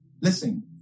Listen